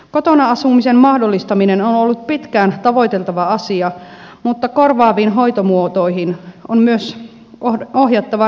kotona asumisen mahdollistaminen on ollut pitkään tavoiteltava asia mutta korvaaviin hoitomuotoihin on myös ohjattava resursseja